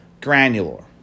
granular